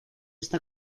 esta